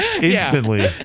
instantly